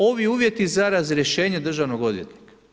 Ovi uvjeti za razrješenje državnog odvjetnika.